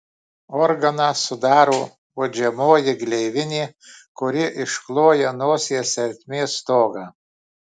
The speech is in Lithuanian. organą sudaro uodžiamoji gleivinė kuri iškloja nosies ertmės stogą